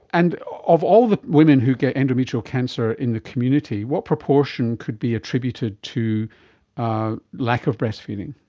and of all the women who get endometrial cancer in the community, what proportion could be attributed to a lack of breastfeeding?